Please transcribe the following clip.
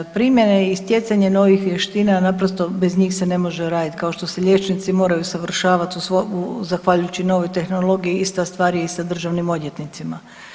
Primjene i stjecanje novih vještina, naprosto, bez njih se ne može raditi, kao što se liječnici moraju usavršavati u, zahvaljujući novoj tehnologiji, ista stvar je i sa državnim odvjetnicima.